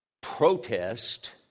protest